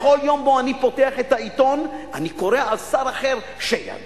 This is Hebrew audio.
בכל יום שאני פותח את העיתון אני קורא על שר אחר שידע,